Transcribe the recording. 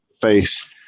face